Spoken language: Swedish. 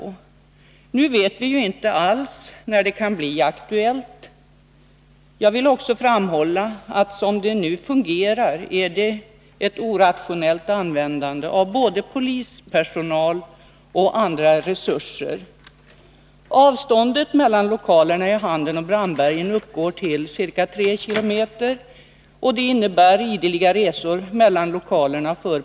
Men nu vet vi inte alls när ett bygge kan bli aktuellt. Jag vill också framhålla att som verksamheten nu fungerar är det ett orationellt användande av både polispersonal och andra resurser. Avståndet mellan lokalerna i Handen och i Brandbergen uppgår till ca 3 km. För polispersonalen innebär det ideliga resor mellan lokalerna.